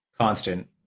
constant